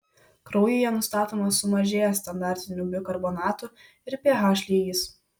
kraujyje nustatomas sumažėjęs standartinių bikarbonatų ir ph lygis